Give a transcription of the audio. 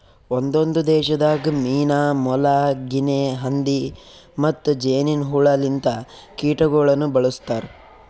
ಒಂದೊಂದು ದೇಶದಾಗ್ ಮೀನಾ, ಮೊಲ, ಗಿನೆ ಹಂದಿ ಮತ್ತ್ ಜೇನಿನ್ ಹುಳ ಲಿಂತ ಕೀಟಗೊಳನು ಬಳ್ಸತಾರ್